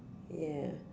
yeah